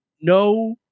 no